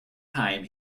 time